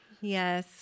Yes